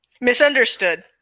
Misunderstood